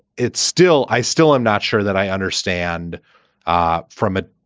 it's still i still i'm not sure that i understand ah from it.